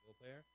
player